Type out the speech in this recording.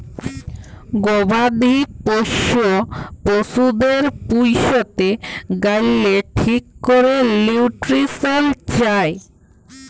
গবাদি পশ্য পশুদের পুইসতে গ্যালে ঠিক ক্যরে লিউট্রিশল চায়